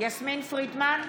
יסמין פרידמן,